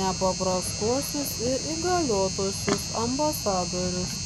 nepaprastuosius ir įgaliotuosiuos ambasadorius